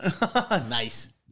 Nice